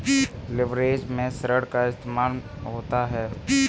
leverage में ऋण का इस्तेमाल होता है